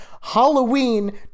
Halloween